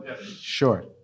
Sure